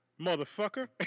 motherfucker